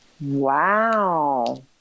Wow